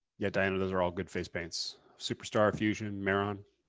yeah, diana, those are all good face paints. superstar, fusion, mehron.